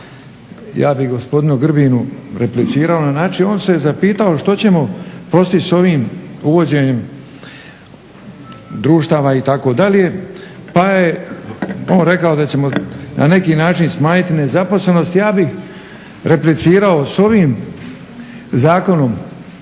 Ja bih gospodinu Grbinu replicirao na način, on se je zapitao što ćemo postići sa ovim uvođenjem društava itd. pa je on rekao da ćemo na neki način smanjiti nezaposlenost. Ja bih replicirao sa ovim zakonom